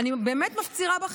אני באמת מפצירה בכם.